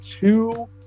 two